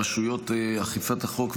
רשויות אכיפת החוק,